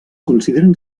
consideren